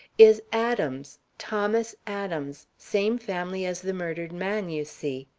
is adams, thomas adams. same family as the murdered man, you see.